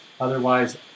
Otherwise